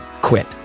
quit